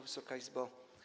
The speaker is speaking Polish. Wysoka Izbo!